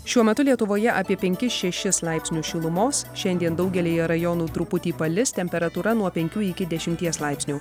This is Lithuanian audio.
šiuo metu lietuvoje apie penkis šešis laipsnius šilumos šiandien daugelyje rajonų truputį palis temperatūra nuo penkių iki dešimties laipsnių